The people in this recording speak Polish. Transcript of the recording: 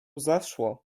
zaszło